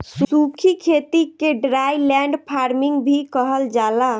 सूखी खेती के ड्राईलैंड फार्मिंग भी कहल जाला